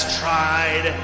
tried